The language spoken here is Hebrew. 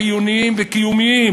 חיוניים וקיומיים,